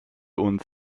uns